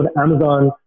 Amazon